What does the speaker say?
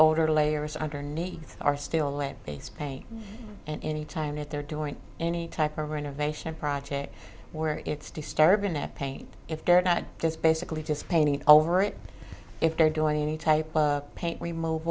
older layers underneath are still when they spray and any time that they're doing any type of renovation project where it's disturbing to paint if they're not just basically just painting over it if they're doing any type of paint remove